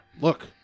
Look